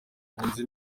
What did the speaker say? impunzi